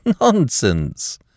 Nonsense